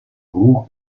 roue